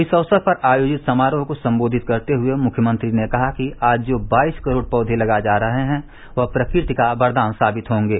इस अक्सर पर आयोजित समारोह को सम्बोधित करते हये मुख्यमंत्री ने कहा कि आज जो बाईस करोड पौधे लगाये जा रहे है वह प्रकृति का वरदान साबित होंगे